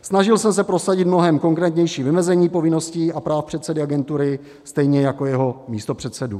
Snažil jsem se prosadit mnohem konkrétnější vymezení povinností a práv předsedy agentury, stejně jako jeho místopředsedů.